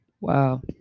Wow